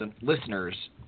listeners